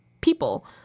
people